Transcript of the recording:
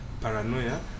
paranoia